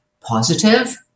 positive